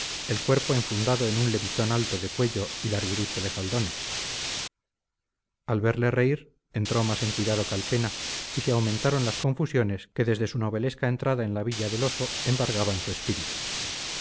el cuerpo enfundado en un levitón alto de cuello y larguirucho de faldones al verle reír entró más en cuidado calpena y se aumentaron las confusiones que desde su novelesca entrada en la villa del oso embargaban su espíritu